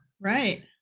Right